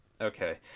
Okay